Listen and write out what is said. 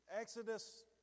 Exodus